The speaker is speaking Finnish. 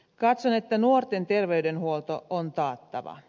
katson että nuorten terveydenhuolto on taattava